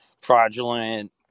fraudulent